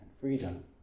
freedom